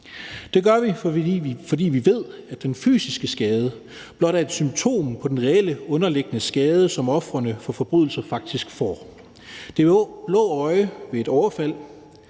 Det gør vi, fordi vi ved, at den fysiske skade blot er et symptom på den reelle underliggende skade, som ofrene for forbrydelser faktisk får. Det blå øje ved et overfald